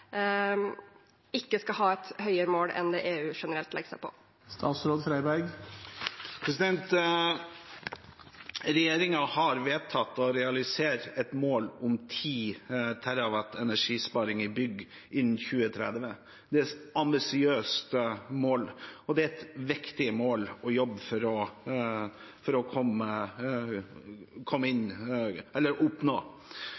ikke skal ha et høyere mål enn det EU generelt legger seg på? Regjeringen har vedtatt å realisere et mål om 10 TWh energisparing i bygg innen 2030. Det er et ambisiøst mål, og det er et viktig mål å jobbe for å oppnå. Vi skal, som Stortinget har vedtatt, rapportere på dette i statsbudsjettet for